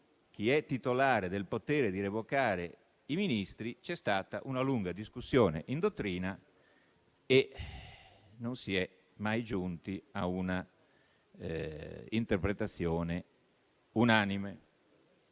chi è titolare del potere di revocare i Ministri c'è stata una lunga discussione in dottrina e non si è mai giunti a un'interpretazione unanime.